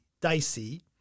dicey